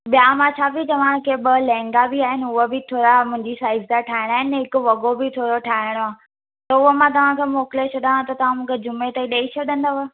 ॿिया मां छापी चवां की ॿ लहंगा बि आहिनि हूओ बि थोरा मुंहिंजी साइज जा ठाहिणा आहिनि हिकु वॻो बि थोरो ठाहिणो आहे त उहो मां तव्हां खे मोकिले छॾियांव त तव्हां मूंखे जुमे ताईं ॾेई छॾंदव